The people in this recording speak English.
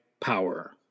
power